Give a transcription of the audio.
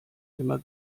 immer